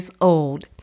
old